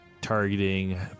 targeting